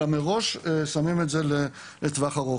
אלא מראש שמים את זה לטווח ארוך.